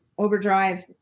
overdrive